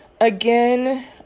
Again